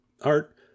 Art